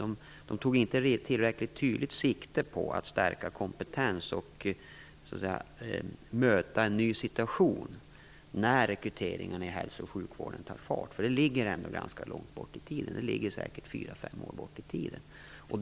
De tog inte tillräckligt tydligt sikte på att stärka kompetensen och möta en ny situation när rekryteringen i hälso och sjukvården tar fart. Det ligger ändå ganska långt bort i tiden - säkert fyra fem år fram i tiden.